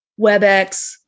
WebEx